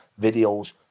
videos